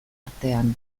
artean